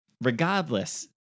Regardless